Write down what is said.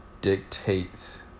dictates